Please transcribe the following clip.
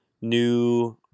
new